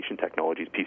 technologies